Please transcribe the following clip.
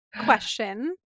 question